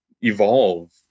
evolve